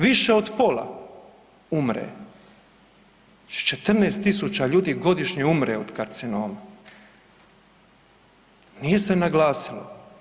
Više od pola umre, 14.000 ljudi godišnje umre od karcinoma, nije se naglasilo.